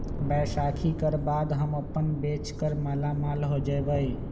बैसाखी कर बाद हम अपन बेच कर मालामाल हो जयबई